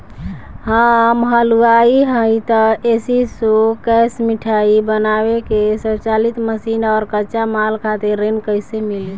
हम हलुवाई हईं त ए.सी शो कैशमिठाई बनावे के स्वचालित मशीन और कच्चा माल खातिर ऋण कइसे मिली?